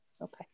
Okay